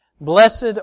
Blessed